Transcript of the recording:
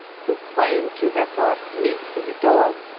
who claimed to have bought meat for the dog,